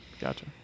Gotcha